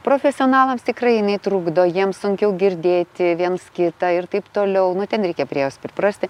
profesionalams tikrai jinai trukdo jiems sunkiau girdėti viens kitą ir taip toliau nu ten reikia prie jos priprasti